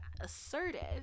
assertive